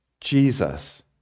Jesus